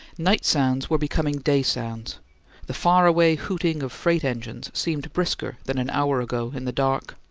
night sounds were becoming day sounds the far-away hooting of freight-engines seemed brisker than an hour ago in the dark.